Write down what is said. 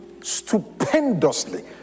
stupendously